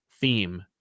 theme